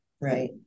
Right